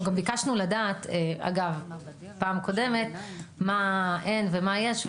אנחנו גם ביקשנו לדעת בפעם הקודמת מה אין ומה יש,